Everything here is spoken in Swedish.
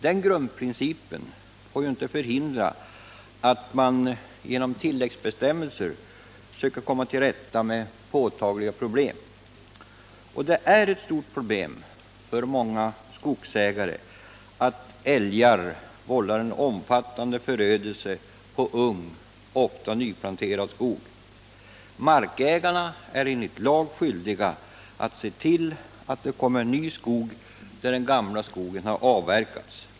Denna grundprincip får dock inte förhindra att man genom tilläggsbestämmelser söker komma till rätta med påtagliga problem. Och det är ett stort problem för många skogsägare att älgar vållar en omfattande förödelse på ung, ofta nyplanterad skog. Markägarna är enligt lag skyldiga att se till att det växer upp ny skog där den gamla skogen har avverkats.